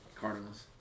Cardinals